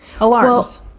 alarms